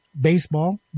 Baseball